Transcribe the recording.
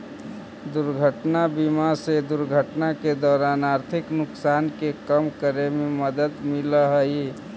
दुर्घटना बीमा से दुर्घटना के दौरान आर्थिक नुकसान के कम करे में मदद मिलऽ हई